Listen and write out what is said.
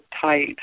tight